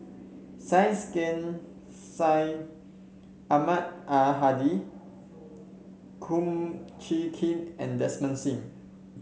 Syed Sheikh Syed Ahmad Al Hadi Kum Chee Kin and Desmond Sim